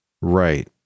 Right